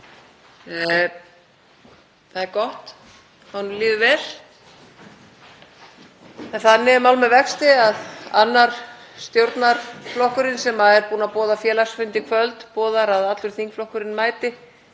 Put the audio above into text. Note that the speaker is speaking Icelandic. Það er gott að honum líður vel. En þannig er mál með vexti að annar stjórnarflokkurinn, sem er búinn að boða félagsfund í kvöld, boðar að allur þingflokkurinn mæti